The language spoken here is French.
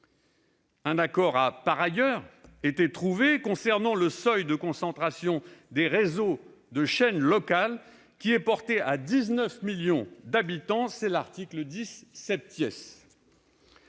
Un accord a par ailleurs été trouvé concernant le seuil de concentration des réseaux de chaînes locales, porté à 19 millions d'habitants à l'article 10